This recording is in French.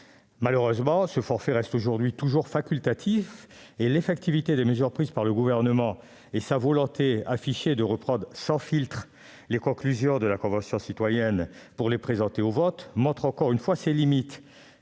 Malheureusement, celui-ci est aujourd'hui toujours facultatif. L'effectivité des mesures prises par le Gouvernement et sa volonté de reprendre sans filtre les conclusions de la Convention citoyenne pour le climat pour les soumettre à un vote montrent encore une fois leurs limites.